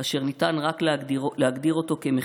אשר ניתן רק להגדיר אותו כמחטף.